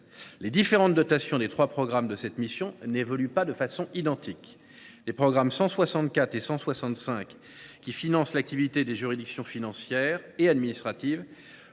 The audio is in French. Les différentes dotations des trois programmes de cette mission n’évoluent pas de façon identique. Les programmes 164 et 165, qui financent l’activité des juridictions financières et administratives,